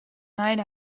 night